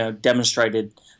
demonstrated